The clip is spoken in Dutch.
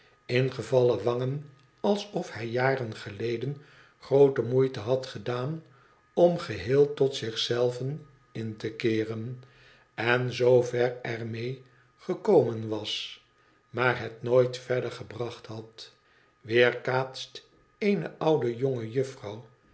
ingevallen wangen alsof hij jaren geleden groote moeite had gedaan om geheel tot zich zelven in te keeren en zoo ver er mee gekomen was maar het nooit verder gebacbt had weerkaatst eene oude jonge